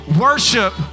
worship